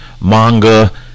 manga